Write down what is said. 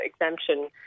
exemption